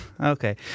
Okay